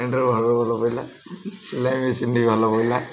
pant ଭଲ ଭଲ ପଇଲା ସିଲାଇ ମେସିନ୍ ବି ଭଲ ପଇଲା